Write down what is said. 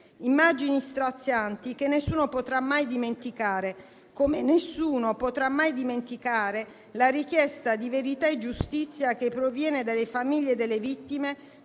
Immagini strazianti che nessuno potrà mai dimenticare, come nessuno potrà mai dimenticare la richiesta di verità e giustizia che proviene dalle famiglie delle vittime